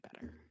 better